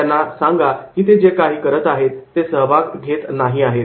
त्यांना सांगा की ते जे काही करत आहेत ते सहभाग घेत नाही आहेत